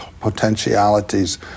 potentialities